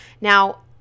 Now